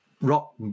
rock